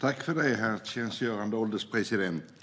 Herr ålderspresident!